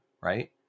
right